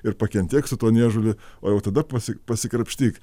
ir pakentėk su tuo niežulį o jau tada pasi pasikrapštyk